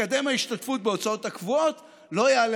מקדם ההשתתפות בהוצאות הקבועות לא יעלה